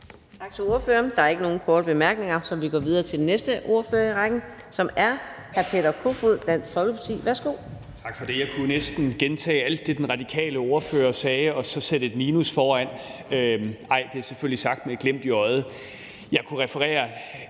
Tak for det. Jeg kunne næsten gentage alt det, den radikale ordfører sagde, og så sætte et minus foran. Nej, det er selvfølgelig sagt med et glimt i øjet. Jeg kunne en